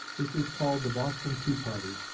this is called the boston tea party.